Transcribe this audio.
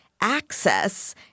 access